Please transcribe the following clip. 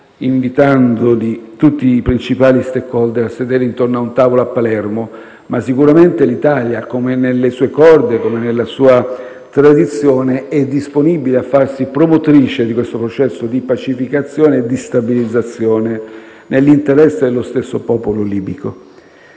invitando tutti i principali *stakeholder* a sedere intorno a un tavolo a Palermo, ma sicuramente l'Italia - come è nelle sue corde e tradizione - è disponibile a farsi promotrice di questo processo di pacificazione e di stabilizzazione nell'interesse dello stesso popolo libico.